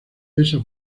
esa